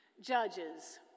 judges